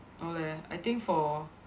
orh leh I think for